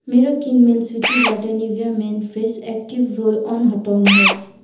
मेरो किनमेल सूचीबट Nivea men fresh active roll on हटाउनुहोस्